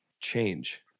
change